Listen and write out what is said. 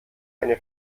eine